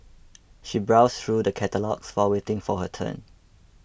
she browsed through the catalogues while waiting for her turn